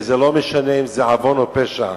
ולא משנה אם זה עוון או פשע.